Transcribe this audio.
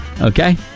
Okay